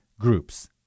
groups